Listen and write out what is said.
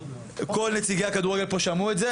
כל נציגי הכדורגל פה שמעו את זה.